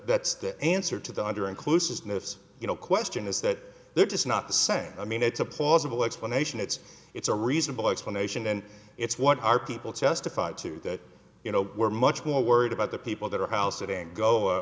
that the answer to the under inclusiveness you know question is that they're just not the same i mean it's a plausible explanation it's it's a reasonable explanation and it's what our people testified to that you know we're much more worried about the people that are house sitting go